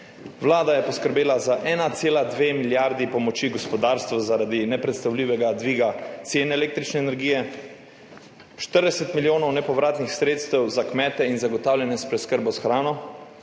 Vlada je poskrbela za 1,2 milijarde pomoči gospodarstvu zaradi nepredstavljivega dviga cen električne energije, 40 milijonov nepovratnih sredstev za kmete in zagotavljanje s preskrbo s hrano,